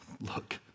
Look